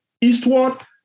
eastward